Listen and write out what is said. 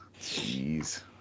Jeez